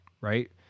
right